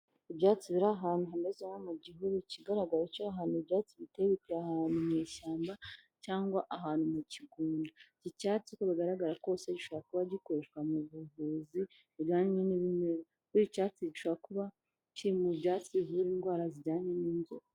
Ibyatsi biri ahantu hameze nko mu gihuru, ikigaragara cyo ahantu ibyatsi biteye, biteye ahantu mu ishyamba cyangwa ahantu mu kigunda. Icyatsi uko bigaragara kose gishobora kuba gikoreshwa mu buvuzi bujyanye n'ibimera. Buriya icyatsi gishobora kuba kiri mu byatsi bivura indwara zijyanye n'inzoka.